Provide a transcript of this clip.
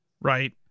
Right